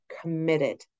committed